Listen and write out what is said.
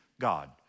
God